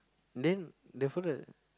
then that fellow